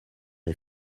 est